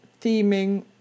theming